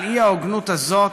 על האי-הוגנות הזאת,